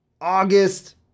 August